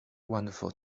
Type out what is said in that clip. wonderful